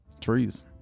Trees